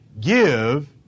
give